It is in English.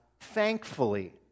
thankfully